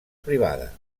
privada